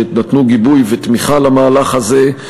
שנתנו גיבוי ותמיכה למהלך הזה.